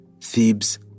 Thebes